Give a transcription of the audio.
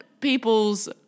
people's